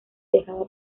dejada